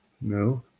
No